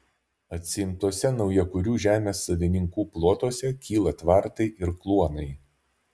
atsiimtuose naujakurių žemės savininkų plotuose kyla tvartai ir kluonai